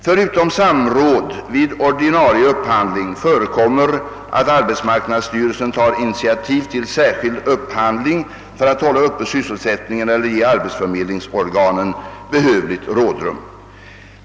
Förutom samråd vid ordinarie upphandling förekommer att arbetsmarknadsstyrelsen tar initiativ till särskild upphandling för att hålla uppe sysselsättningen eller ge arbetsförmedlingsorganen behövligt rådrum.